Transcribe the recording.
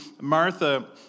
Martha